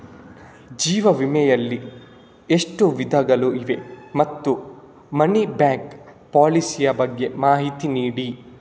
ಜೀವ ವಿಮೆ ಯಲ್ಲಿ ಎಷ್ಟು ವಿಧಗಳು ಇವೆ ಮತ್ತು ಮನಿ ಬ್ಯಾಕ್ ಪಾಲಿಸಿ ಯ ಬಗ್ಗೆ ಮಾಹಿತಿ ನೀಡಿ?